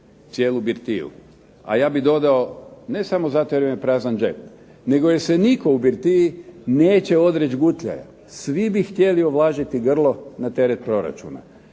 cijelu birtiju. A ja bih dodao ne samo zato jer im je prazan džep nego jer se nitko u birtiji neće odreći gutljaja. Svi bi htjeli ovlažiti grlo na teret proračuna.